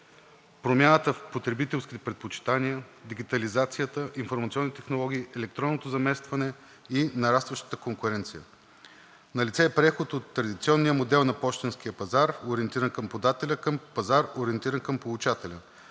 Промяната в потребителските предпочитания, дигитализацията, информационните технологии, електронното заместване и нарастващата конкуренция. Налице е преход от традиционния модел на пощенския пазар, ориентиран към подателя, и пазар, ориентиран към получателя.